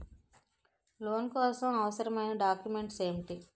Loan కోసం అవసరమైన documents ఎంటి?